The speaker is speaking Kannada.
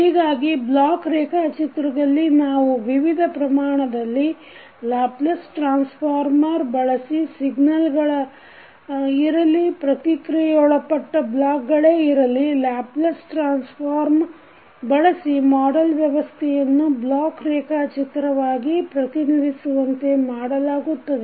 ಹೀಗಾಗಿ ಬ್ಲಾಕ್ ರೇಖಾಚಿತ್ರದಲ್ಲಿ ನಾವು ವಿವಿಧ ಪ್ರಮಾಣದಲ್ಲಿ ಲ್ಯಾಪ್ಲೇಸ ಟ್ರಾನ್ಸಫಾರ್ಮ ಬಳಸಿ ಸಿಗ್ನಲ್ ಗಳೆ ಇರಲಿ ಪ್ರಕ್ರಿಯೆಗೊಳಪಟ್ಟ ಬ್ಲಾಕ್ ಗಳೆ ಇರಲಿ ಲ್ಯಾಪ್ಲೇಸ್ ಟ್ರಾನ್ಸಫಾರ್ಮ ಬಳಸಿ ಮಾಡೆಲ್ ವ್ಯವಸ್ಥೆಯನ್ನು ಬ್ಲಾಕ್ ರೇಖಾಚಿತ್ರವಾಗಿ ಪ್ರತಿನಿಧಿಸುವಂತೆ ಮಾಡಲಾಗುತ್ತದೆ